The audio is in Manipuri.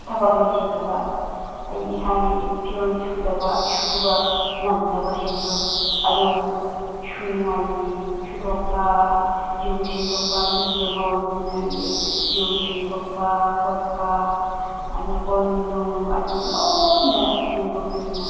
ꯊꯕꯛ ꯂꯣꯏꯁꯤꯟꯗꯕ ꯑꯩ ꯏꯁꯥꯒꯤ ꯐꯤꯔꯣꯟ ꯁꯨꯗꯕ ꯁꯨꯕ ꯅꯪꯗꯕ ꯁꯤꯡꯗꯣ ꯑꯗꯨꯒꯨꯝꯕꯗꯨ ꯁꯨꯅꯤꯡꯉꯥꯏꯒꯤ ꯁꯨꯗꯣꯛꯄ ꯌꯨꯝ ꯁꯦꯡꯗꯣꯛꯄ ꯅꯨꯄꯤ ꯑꯃ ꯑꯣꯏꯕꯅꯤꯅ ꯌꯨꯝ ꯁꯦꯡꯗꯣꯛꯄ ꯈꯣꯠꯄ ꯑꯗꯨ ꯀꯣꯟ ꯅꯨꯡ ꯑꯗꯨ ꯂꯣꯏꯅ ꯁꯦꯡꯗꯣꯛꯄꯅꯤꯅ